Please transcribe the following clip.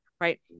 Right